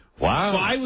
Wow